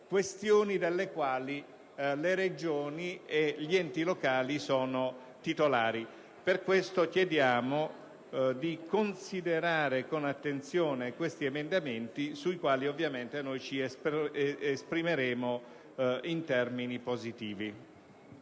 questioni delle quali le Regioni e gli enti locali sono titolari. Per questo chiediamo di considerare con attenzione questi emendamenti sui quali ovviamente noi ci esprimeremo positivamente.